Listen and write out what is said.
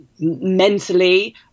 mentally